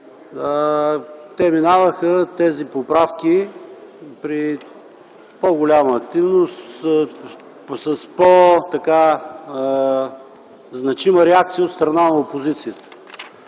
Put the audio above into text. минаваха при по-голяма активност, с по-значима реакция от страна на опозицията.